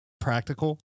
practical